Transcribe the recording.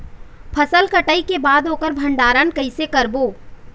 फसल कटाई के बाद ओकर भंडारण कइसे करबो?